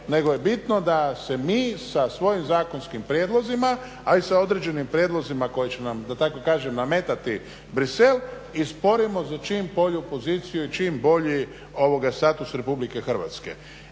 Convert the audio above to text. nego je bitno da se mi sa svojim zakonskim prijedlozima, a i sa određenim prijedlozima koje će nam da tako kažem nametati Bruxellesu izborimo za čim bolju poziciju i čim bolji status Republike Hrvatske.